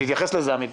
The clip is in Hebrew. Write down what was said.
תתייחס לזה, עמית,